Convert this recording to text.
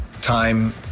time